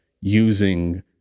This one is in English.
using